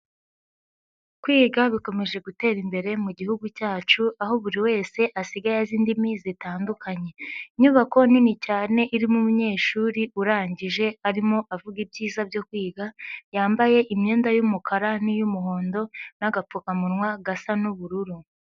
Kwiga bikomeje gutera imbere mu gihugu cyacu, aho buri wese asigaye azi indimi zitandukanye, inyubako nini cyane irimo umunyeshuri urangije, arimo avuga ibyiza byo kwiga, yambaye imyenda y'umukara n'iy'umuhondo n'agapfukamunwa gasa n'ubururu.